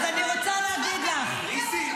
תודה רבה.